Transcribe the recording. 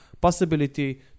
possibility